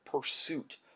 pursuit